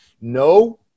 no